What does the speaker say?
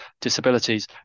disabilities